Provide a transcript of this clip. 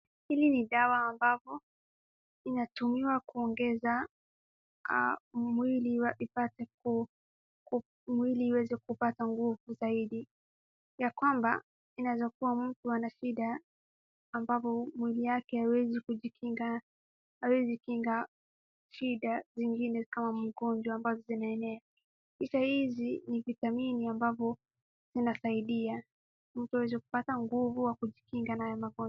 Hili ni dawa ambapo linatumiwa kuongeza mwili upate kukua, mwili uweze kupata nguvu zaidi. Ya kwamba inaweza kuwa mtu ana shida ambapo mwili wake hauwezi kujikinga, hauwezi kinga shida zingine kama magonjwa ambazo zinaenea. Picha hizi ni vitamini ambavyo linasaidia mtu aweze kupata nguvu ya kujikinga na hayo magonjwa.